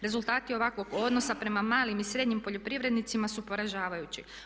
Rezultati ovakvog odnosa prema malim i srednjim poljoprivrednicima su poražavajući.